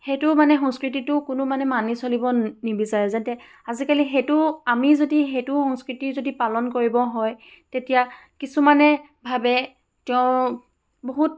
সেইটোও মানে সংস্কৃতিটোও কোনো মানে মানি চলিব নিবিচাৰে যেন আজিকালি সেইটো আমি যদি সেইটো সংস্কৃতি যদি পালন কৰিব হয় তেতিয়া কিছুমানে ভাবে তেওঁ বহুত